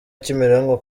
kimironko